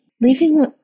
Leaving